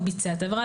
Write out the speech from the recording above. הוא ביצע את העבירה,